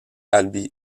albi